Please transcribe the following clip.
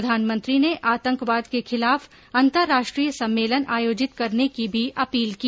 प्रधानमंत्री ने आतंकवाद के खिलाफ अंतर्राष्ट्रीय सम्मेलन आयोजित करने की भी अपील की